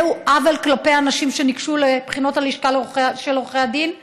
זהו עוול כלפי אנשים שניגשו לבחינות הלשכה של עורכי הדין,